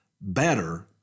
better